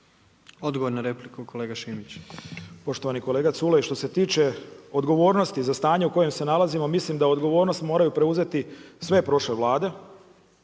Odgovor na repliku kolega Šimić. **Šimić, Miroslav (MOST)** Poštovani kolega Culej, što se tiče odgovornosti za stanje u kojem se nalazimo, mislim da odgovornost moraju preuzeti sve prošle vlade.